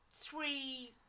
three